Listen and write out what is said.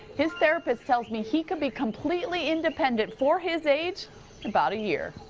his therapist tells me he could be completely independent for his age in about a year.